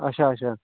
اَچھا اَچھا